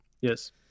Yes